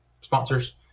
sponsors